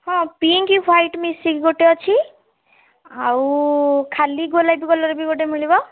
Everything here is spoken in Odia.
ହଁ ପିଙ୍କ ହ୍ୱାଇଟ୍ ମିଶିକି ଗୋଟେ ଅଛି ଆଉ ଖାଲି ଗୋଲାପୀ କଲର୍ ବି ଗୋଟେ ମିଳିବ